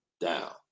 down